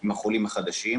עם החולים החדשים,